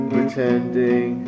Pretending